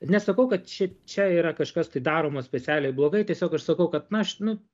nesakau kad čia čia yra kažkas tai daroma specialiai blogai tiesiog aš sakau kad na aš nu